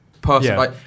personally